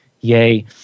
Yay